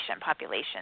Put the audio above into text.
population